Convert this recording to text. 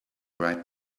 right